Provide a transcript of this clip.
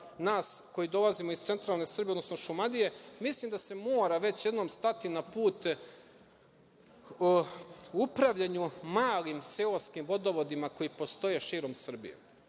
nas koji dolazimo iz centralne Srbije, odnosno Šumadije, mislim da se mora već jednom stati na put upravljanju malim seoskim vodovodima koji postoje širom Srbije.